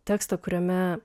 tekstą kuriame